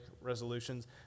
resolutions